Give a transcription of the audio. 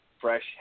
fresh